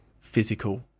physical